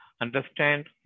Understand